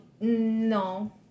No